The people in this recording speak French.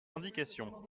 indications